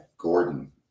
Gordon